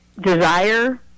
desire